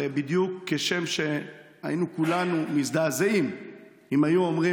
הרי כשם שהיינו כולנו מזדעזעים אם היו אומרים